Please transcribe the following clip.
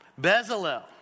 Bezalel